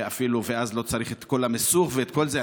ואז לא צריך את כל המיסוך וכל זה.